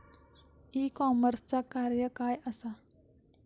E कॉमर्सचा कार्य काय असा?